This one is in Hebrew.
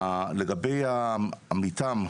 לגבי המיתאם,